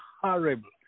horrible